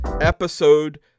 episode